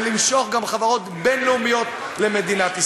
ולמשוך גם חברות בין-לאומיות למדינת ישראל.